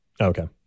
Okay